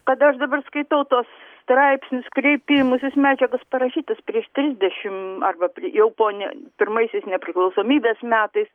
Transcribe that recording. kada aš dabar skaitau tuos straipsnius kreipimusis medžiagas parašytas prieš trisdešim arba pr jau po ne pirmaisiais nepriklausomybės metais